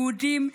יהודים,